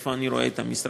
איפה אני רואה את המשרד.